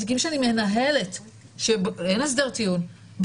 בתיקים שאני מנהלת שאין הסדר טיעון,